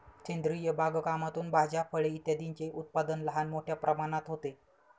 सेंद्रिय बागकामातून भाज्या, फळे इत्यादींचे उत्पादन लहान मोठ्या प्रमाणात होते